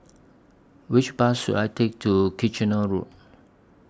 Which Bus should I Take to Kitchener Road